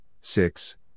six